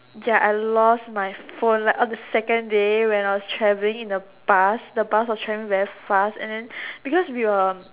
ya I lost my phone like on the second day when I was traveling in the bus the bus was traveling very fast and then because we were